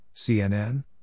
CNN